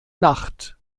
nacht